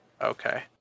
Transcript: Okay